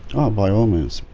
oh by all means.